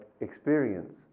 experience